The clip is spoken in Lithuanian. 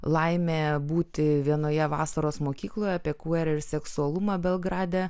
laimė būti vienoje vasaros mokykloje apie kver ir seksualumą belgrade